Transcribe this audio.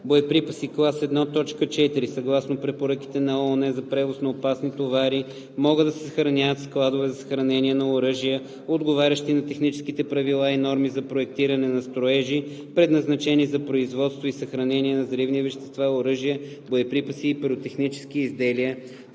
Боеприпаси кл. 1.4 съгласно препоръките на ООН за превоз на опасни товари могат да се съхраняват в складове за съхранение на оръжия, отговарящи на техническите правила и норми за проектиране на строежи, предназначени за производство и съхранение на взривни вещества, оръжия, боеприпаси и пиротехнически изделия